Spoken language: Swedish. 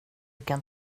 kan